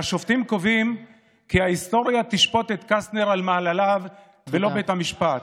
והשופטים קובעים כי ההיסטוריה תשפוט את קסטנר על מעלליו ולא בית המשפט.